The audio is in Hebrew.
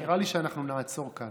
נראה לי שאנחנו נעצור כאן.